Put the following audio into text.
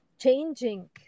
changing